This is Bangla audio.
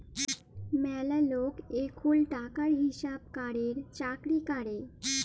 ম্যালা লক এখুল টাকার হিসাব ক্যরের চাকরি ক্যরে